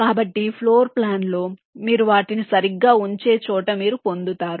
కాబట్టి floor plan లో మీరు వాటిని సరిగ్గా ఉంచే చోట మీరు పొందుతారు